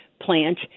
plant